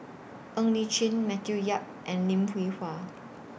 Ng Li Chin Matthew Yap and Lim Hwee Hua